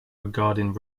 regarding